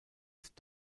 ist